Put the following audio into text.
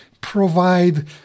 provide